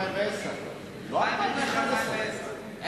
2010-2009,